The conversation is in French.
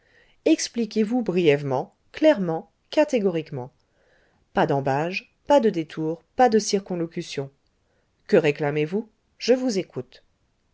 expliquez-vous brièvement clairement catégoriquement pas d'ambages pas de détours pas de circonlocutions que réclamez vous je vous écoute